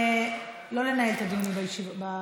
לא לנהל את הדיונים במליאה.